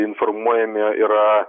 informuojame yra